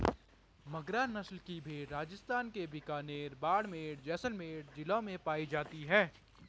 मगरा नस्ल की भेंड़ राजस्थान के बीकानेर, बाड़मेर, जैसलमेर जिलों में पाई जाती हैं